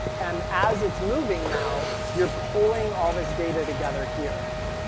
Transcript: and as it's moving now, you're pulling all this data together here,